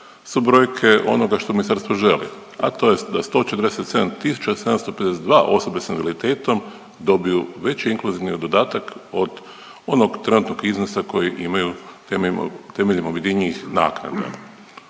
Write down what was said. su brojke onoga što ministarstvo želi, a to je da 147.752 osobe s invaliditetom dobiju veći inkluzivni dodatak od onog trenutnog iznosa koji imaju temeljem objedinjenih naknada.